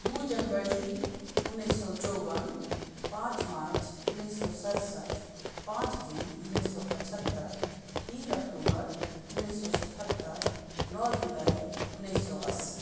दू जनवरी उन्नैस सए चौवन पाँच मार्च उन्नैस सए सरसठि पाँच जून उन्नैस सए पचहत्तर तीन अक्टूबर उन्नैस सए सतहत्तर नौ जुलाई उन्नैस सए अस्सी